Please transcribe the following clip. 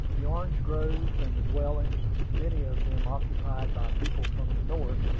the orange groves, and the dwellings, many of them occupied by people from the north,